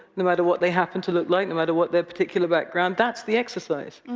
no matter what they happen to look like, no matter what their particular background. that's the exercise,